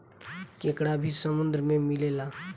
केकड़ा भी समुन्द्र में मिलेला